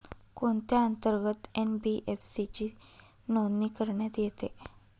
कोणत्या अंतर्गत एन.बी.एफ.सी ची नोंदणी करण्यात येते?